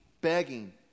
begging